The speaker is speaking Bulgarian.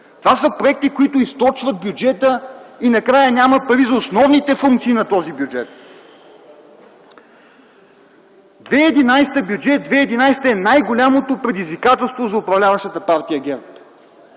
Това са проекти, които източват бюджета и накрая няма пари за основните функции на този бюджет. Бюджет 2011 е най-голямото предизвикателство за управляващата партия ГЕРБ.